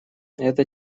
это